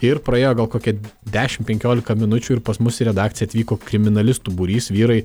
ir praėjo gal kokia dešim penkiolika minučių ir pas mus į redakciją atvyko kriminalistų būrys vyrai